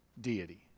deity